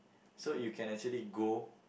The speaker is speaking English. so you can actually go